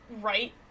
right